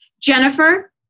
Jennifer